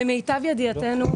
למיטב ידיעתנו,